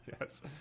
yes